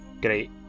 great